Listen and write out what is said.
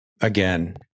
again